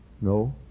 No